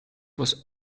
was